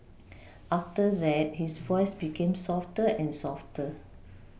after that his voice became softer and softer